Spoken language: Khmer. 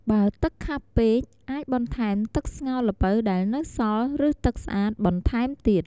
បើទឹកខាប់ពេក អាចបន្ថែមទឹកស្ងោរល្ពៅដែលនៅសល់ ឬទឹកស្អាតបន្ថែមទៀត។